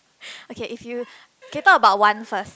okay if you okay talk about one first